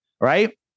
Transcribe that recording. right